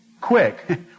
quick